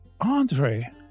Andre